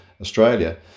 Australia